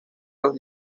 los